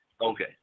Okay